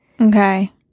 okay